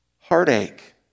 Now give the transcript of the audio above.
Heartache